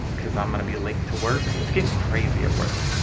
cuz i'm gonna be late to work. it's getting crazy at work.